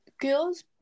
girls